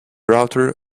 router